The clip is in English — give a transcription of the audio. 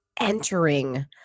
entering